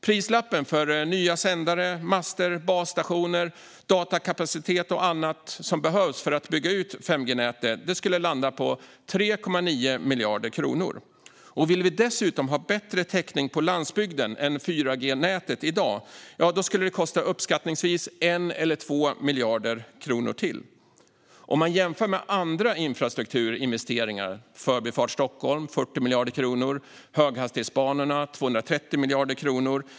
Prislappen för nya sändare, master, basstationer, datakapacitet och annat som behövs för att bygga ut 5G-nätet skulle landa på 3,9 miljarder kronor. Vill vi dessutom ha bättre täckning på landsbygden än vad 4G-nätet i dag har skulle det uppskattningsvis kosta ytterligare 1-2 miljarder. Man kan jämföra med andra infrastrukturinvesteringar. Förbifart Stockholm kostar 40 miljarder kronor, och höghastighetsbanorna kostar 230 miljarder kronor.